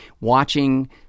watching